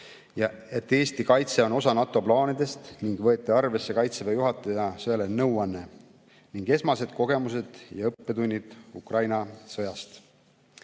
et Eesti kaitse on osa NATO plaanidest, ning võeti arvesse Kaitseväe juhataja sõjaline nõuanne ning esmased kogemused ja õppetunnid Ukraina sõjast.